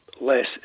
less